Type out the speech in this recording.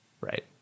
Right